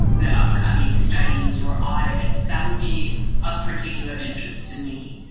the upcoming studies or audits, that would be of particular interest to me.